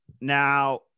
Now